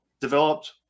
developed